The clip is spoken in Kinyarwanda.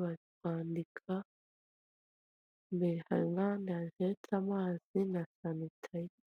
we uri hakurya. Hari utwaye ipikipiki uri kurebana n'uyu mupolisi.